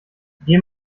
geh